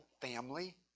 family